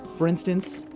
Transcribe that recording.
for instance,